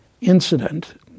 incident